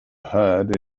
heard